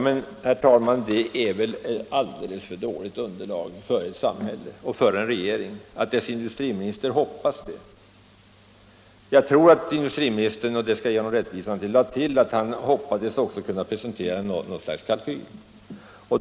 Men, herr talman, det är väl ett orimligt dåligt underlag att utgå från för ett samhälle och för en regering att industriministern har förhoppningar om att allt skall reda sig. Jag tror att industriministern — det vill jag i rättvisans namn säga — också lade till att han hoppades att kunna prestera något slags kalkyl.